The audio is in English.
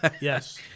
Yes